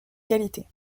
qualités